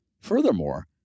Furthermore